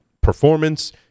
performance